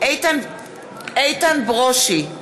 איתן ברושי,